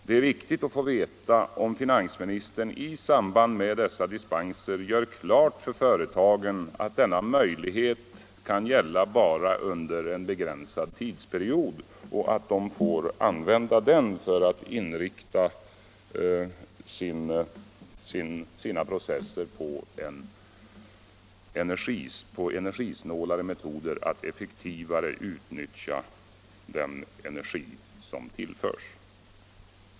Det är viktigt att få veta om finansministern i samband med dessa dispenser gör klart för företagen att denna möjlighet kan gälla bara under en begränsad tidsperiod, som de får använda för att inrikta sina processer på energisnålare metoder, så att de effektivare kan utnyttja den energi som tillförs.